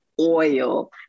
oil